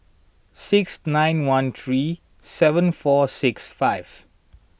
six nine one three seven four six five